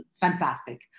fantastic